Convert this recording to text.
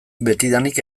betidanik